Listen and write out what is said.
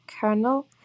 kernel